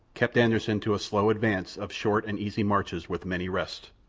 kept anderssen to a slow advance of short and easy marches with many rests.